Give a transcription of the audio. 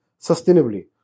sustainably